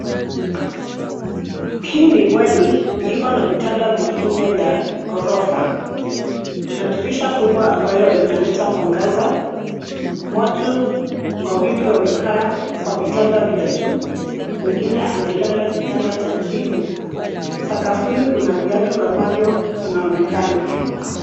Hii ni bweni, iko na vitanda vinne vya ghorofa. Kuna dirisha kubwa ambayo inaleta mwangaza. Watu wawili wamekaa kwa vitanda vya juu, mwingine amelala kitanda cha chini. Sakafuni kuna viatu ambavyo zinaonekana.